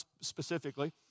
specifically